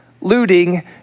looting